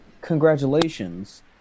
congratulations